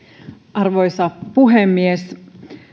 arvoisa puhemies